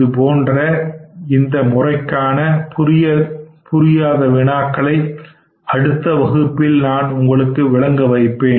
இதுபோன்ற இந்த புது முறைக்கான புரியாத வினாக்களை அடுத்த வகுப்பில் விளங்க வைக்கிறேன்